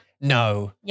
No